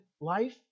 life